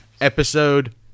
Episode